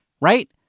right